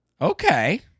Okay